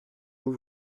vous